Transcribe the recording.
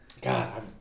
God